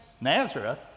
Nazareth